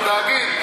התאגיד,